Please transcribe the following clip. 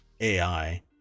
AI